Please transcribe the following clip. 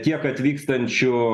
tiek atvykstančių